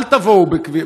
אל תבואו בכביש,